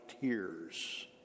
tears